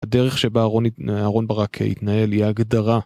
הדרך שבה אהרון ברק התנהל היא הגדרה.